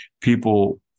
people